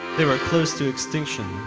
they were close to extinction,